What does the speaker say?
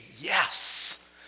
Yes